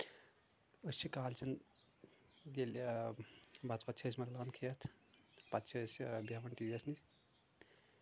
أسۍ چھِ کالچن ییٚلہِ بَتہٕ وَتہٕ چھ مۄکلاوان أسۍ کھٮ۪تھ پَتہٕ چھِ أسۍ بیہوان ٹی ویس نِش